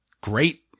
great